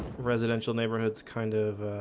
residential neighborhoods kind of